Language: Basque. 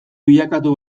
bilakatu